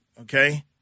Okay